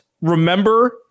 remember